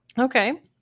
Okay